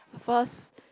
first